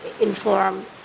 inform